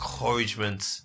encouragement